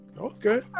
Okay